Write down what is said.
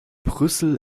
brüssel